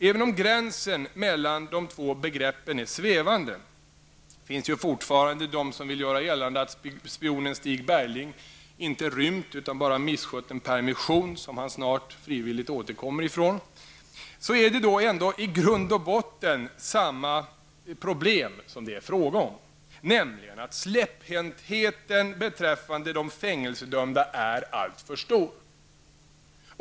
Även om gränsen mellan de två begreppen är svävande -- det finns ju fortfarande de som vill göra gällande att spionen Stig Bergling inte rymt utan bara misskött en permission som han snart frivilligt återkommer ifrån -- är det i grund och botten ändå fråga om samma problem, nämligen att släpphäntheten beträffande de fängelsedömda är alltför stor.